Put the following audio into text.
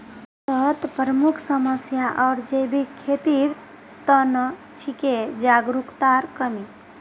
भारतत प्रमुख समस्या आर जैविक खेतीर त न छिके जागरूकतार कमी